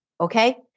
Okay